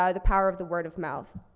ah the power of the word of mouth.